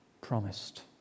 promised